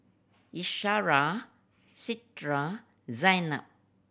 Qaisara Citra Zaynab